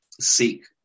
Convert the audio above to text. seek